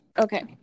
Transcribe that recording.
Okay